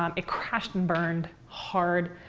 um it crashed and burned hard.